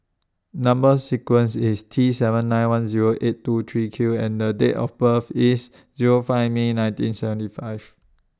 Number sequence IS T seven nine one Zero eight two three Q and The Date of birth IS Zero five May nineteen seventy five